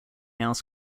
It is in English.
else